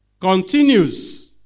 Continues